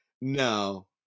No